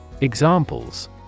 Examples